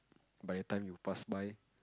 by the time you pass by